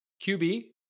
QB